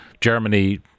Germany